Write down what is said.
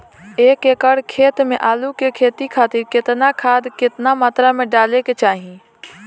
एक एकड़ खेत मे आलू के खेती खातिर केतना खाद केतना मात्रा मे डाले के चाही?